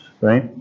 right